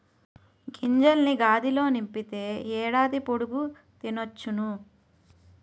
గింజల్ని గాదిలో నింపితే ఏడాది పొడుగు తినొచ్చును